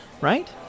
right